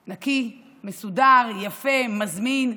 נקי, מסודר, יפה, מזמין,